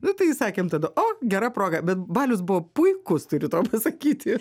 nu tai sakėm tada o gera proga bet balius buvo puikus turiu tau pasakyti